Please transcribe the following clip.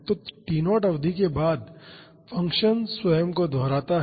तो T0 की अवधि के बाद फ़ंक्शन स्वयं को दोहराता है